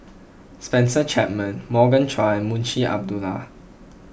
Spencer Chapman Morgan Chua and Munshi Abdullah